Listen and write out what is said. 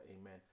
Amen